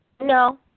No